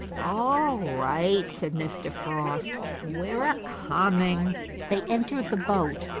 all right, said mr. frost, we're a-coming. they entered the boat,